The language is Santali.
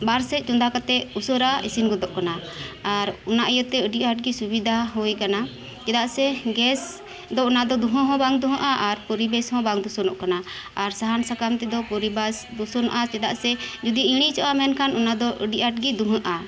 ᱵᱟᱨ ᱥᱮᱡ ᱪᱚᱫᱟ ᱠᱟᱛᱮ ᱩᱥᱟᱹᱨᱟ ᱤᱥᱤᱱ ᱜᱚᱫᱚᱜ ᱠᱟᱱᱟ ᱟᱨ ᱚᱱᱟ ᱤᱭᱟᱹ ᱛᱮ ᱟᱹᱰᱤ ᱟᱴ ᱥᱩᱵᱤᱫᱟ ᱦᱩᱭ ᱟᱠᱟᱱᱟ ᱪᱮᱫᱟᱜ ᱥᱮ ᱜᱮᱥ ᱫᱚ ᱚᱱᱟ ᱫᱚ ᱫᱩᱦᱟᱹ ᱦᱚᱸ ᱵᱟᱝ ᱫᱩᱦᱟᱹᱜᱼᱟ ᱟᱨ ᱯᱚᱨᱤᱵᱮᱥ ᱦᱚᱸ ᱵᱟᱝ ᱫᱩᱥᱚᱱᱚᱜ ᱠᱟᱱᱟ ᱟᱨ ᱥᱟᱦᱟᱱ ᱥᱟᱠᱟᱢ ᱛᱮᱫᱚ ᱯᱚᱨᱤᱵᱮᱥ ᱫᱩᱥᱚᱱᱚᱜᱼᱟᱪᱮᱫᱟᱜ ᱥᱮ ᱡᱩᱫᱤ ᱤᱲᱤᱡᱚᱜᱼᱟ ᱢᱮᱱ ᱠᱷᱟᱱ ᱚᱱᱟ ᱫᱚ ᱟᱹᱰᱤ ᱟᱴ ᱜᱮ ᱫᱩᱦᱟᱹᱜᱼᱟ